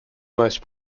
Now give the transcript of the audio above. most